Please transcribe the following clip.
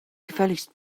gefälligst